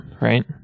right